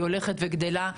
היא הולכת וגדלה.